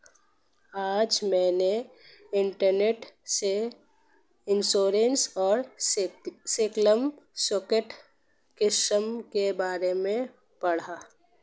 आज मैंने इंटरनेट से इंश्योरेंस और सोशल सेक्टर स्किम के बारे में पढ़ा